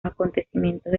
acontecimientos